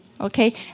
okay